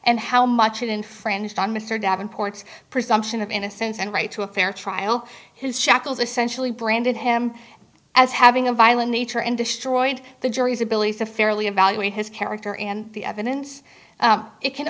and how much it infringed on mr davenport's presumption of innocence and right to a fair trial his shackles essentially branded him as having a violent nature and destroyed the jury's ability to fairly evaluate his character and the evidence it can